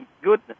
good